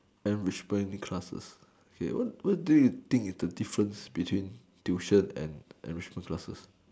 enrichment classes okay what what do you think is the difference between tuition and enrichment classes